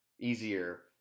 easier